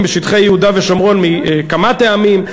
בשטחי יהודה ושומרון מכמה טעמים.